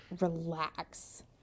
relax